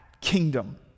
kingdom